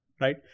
right